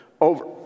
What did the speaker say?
over